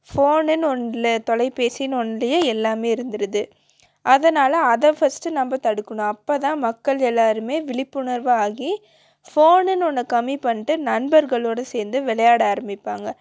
phone ஒனில் தொலைபேசினு ஒன்லியே எல்லாமே இருந்துருது அதனால் அதை ஃபஸ்ட்டு நம்ம தடுக்கணும் அப்போ தான் மக்கள் எல்லாருமே விழிப்புணர்வாக ஆகி ஃபோனுன்னு ஒன்னை கம்மி பண்ணிட்டு நண்பர்களோடு சேர்ந்து விளையாட ஆரம்மிப்பாங்க